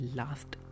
last